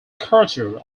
crater